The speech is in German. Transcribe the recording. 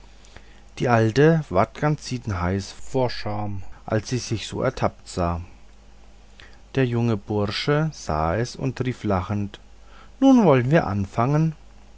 die alte ward ganz siedendheiß vor scham als sie sich so ertappt sah der junge bursche sah es und rief lachend nun wollen wir anfangen